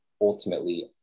ultimately